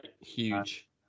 huge